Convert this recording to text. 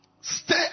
stay